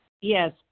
Yes